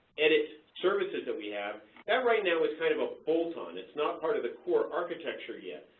edit services that we have that right now it's kind of a bolt-on, it's not part of the core architecture yet.